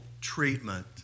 treatment